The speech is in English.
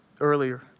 earlier